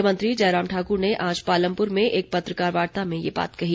मुख्यमंत्री जयराम ठाक्र ने आज पालमप्र में एक पत्रकार वार्ता में ये बात कही